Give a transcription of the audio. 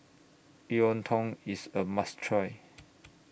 Iontong IS A must Try